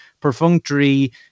perfunctory